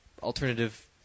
alternative